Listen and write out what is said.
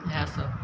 इहए सभ